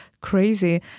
crazy